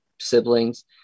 siblings